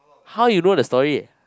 how you know the story